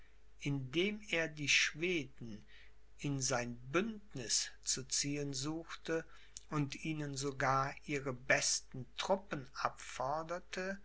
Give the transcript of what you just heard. indem er die schweden in sein bündniß zu ziehen suchte und ihnen sogar ihre besten truppen abforderte